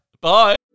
Bye